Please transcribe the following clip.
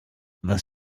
was